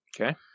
Okay